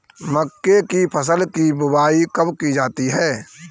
मक्के की फसल की बुआई कब की जाती है?